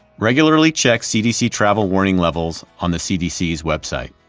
regularly check c d c. travel warning levels on the c d c s web site.